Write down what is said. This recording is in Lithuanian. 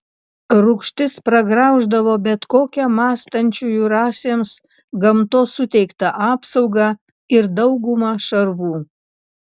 rūgštis pragrauždavo bet kokią mąstančiųjų rasėms gamtos suteiktą apsaugą ir daugumą šarvų